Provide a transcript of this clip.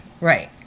Right